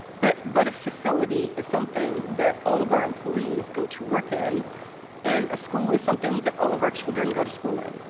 but but a facility is something that all of our employees go to work in and a school is something that all of our children go to school in.